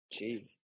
Jeez